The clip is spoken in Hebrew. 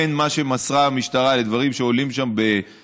ואם יש אי-התאמה בין מה שמסרה המשטרה לדברים שעולים שם בבירור,